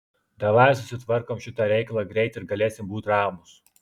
davai susitvarkom šitą reikalą greit ir galėsim būt ramūs